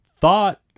thought